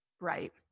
right